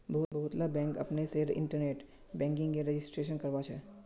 बहुतला बैंक अपने से इन्टरनेट बैंकिंगेर रजिस्ट्रेशन करवाछे